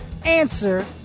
Answer